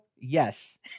yes